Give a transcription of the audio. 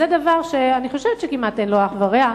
זה דבר שאני חושבת שכמעט אין לו אח ורע,